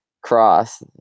cross